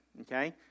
okay